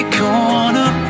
corner